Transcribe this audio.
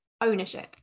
ownership